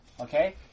Okay